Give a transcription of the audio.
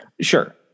Sure